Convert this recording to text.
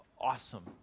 awesome